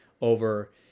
over